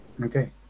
Okay